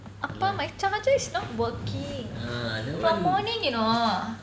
ah pa my charger is not working from morning you know